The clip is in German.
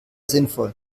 sinnvoll